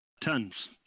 Tons